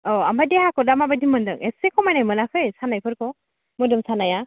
औ ओमफ्राय देहाखौ दा माबायदि मोनदों एसे खमायनाय मोनाखै सानायफोरखौ मोदोम सानाया